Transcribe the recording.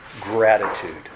gratitude